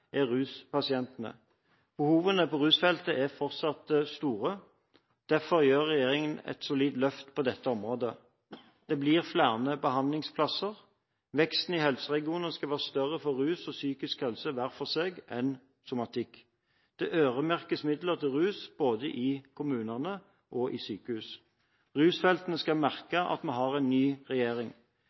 Behovene på rusfeltet er fortsatt store. Derfor gjør regjeringen et solid løft på dette området. Det blir flere behandlingsplasser. Veksten i helseregionene skal være større for rus og psykisk helse hver for seg enn somatikk. Det øremerkes midler til rus både i kommunene og i sykehus. Rusfeltet skal merke at vi har en ny regjering.